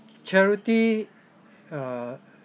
charity err